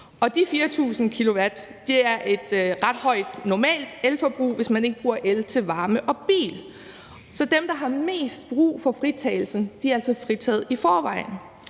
de 4.000 kWh er et ret højt normalt elforbrug, hvis man ikke bruger el til varme og bil. Så dem, der har mest brug for fritagelsen, er altså fritaget i forvejen.